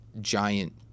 giant